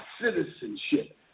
citizenship